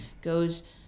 goes